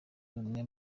umwe